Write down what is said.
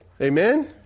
Amen